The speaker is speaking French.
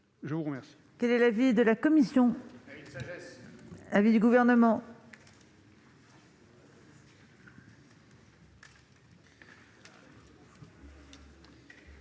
Je vous remercie